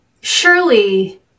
Surely